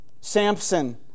Samson